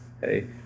Hey